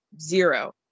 zero